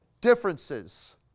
differences